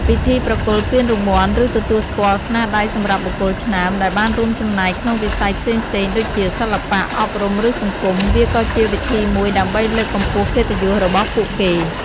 ពិធីប្រគល់ពានរង្វាន់ ឬទទួលស្គាល់ស្នាដៃសម្រាប់បុគ្គលឆ្នើមដែលបានរួមចំណែកក្នុងវិស័យផ្សេងៗដូចជា សិល្បៈ អប់រំ ឬសង្គម វាក៏ជាវិធីមួយដើម្បីលើកកម្ពស់កិត្តិយសរបស់ពួកគេ។